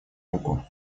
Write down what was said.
руку